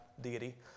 deity